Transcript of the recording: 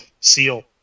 seal